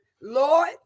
Lord